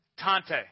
Tante